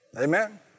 Amen